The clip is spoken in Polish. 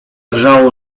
wrzało